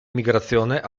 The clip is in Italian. migrazione